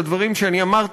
את הדברים שאמרתי,